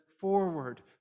forward